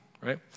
right